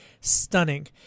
stunning